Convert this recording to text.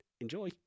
Enjoy